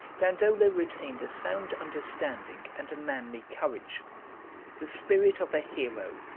dandolo retained a sound understanding and a manly courage the spirit of a hero,